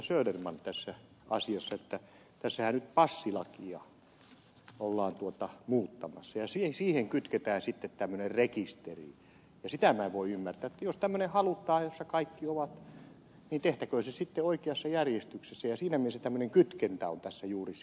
söderman tässä asiassa että tässähän nyt passilakia ollaan muuttamassa ja siihen kytketään sitten tämmöinen rekisteri ja sitä minä en voi ymmärtää että jos tämmöinen halutaan jossa kaikki ovat niin tehtäköön se sitten oikeassa järjestyksessä ja siinä mielessä tämmöinen kytkentä on tässä juuri se ongelma